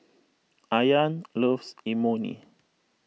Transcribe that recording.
Ayaan loves Imoni